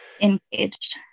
engaged